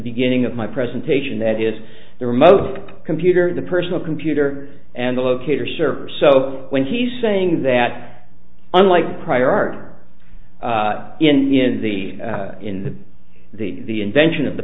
beginning of my presentation that is the remote computer the personal computer and the locator server so when he's saying that unlike prior art in the in the the invention of the